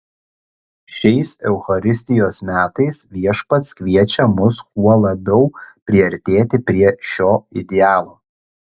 šiais eucharistijos metais viešpats kviečia mus kuo labiau priartėti prie šio idealo